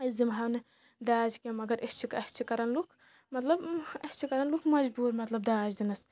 أسۍ دِمہَو نہٕ داج کینٛہہ مگر أسۍ چھِ اَسہِ چھِ کَران لُکھ مطلب اَسہِ چھِ کَران لُکھ مجبوٗر مطلب داج دِنَس